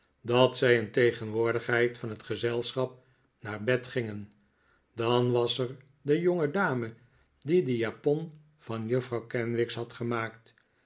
dat zij in tegenwoordigheid van het gezelschap naar bed gingen dan was er de jongedame die de japon van juffrouw kenwigs had gemaakt